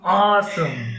awesome